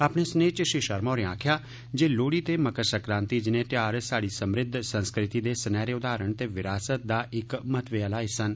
अपने सनेह च श्री शर्मा होरें आक्खेआ जे लोह्ड़ी ते मकर संक्रांति जनेह त्यौहार साढ़ी समृद्ध संस्कृति दे सनहरे उदाहरण ते विरासत दा इक्क महत्वे आह्ला हिस्सा न